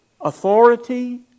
authority